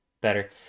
better